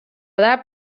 that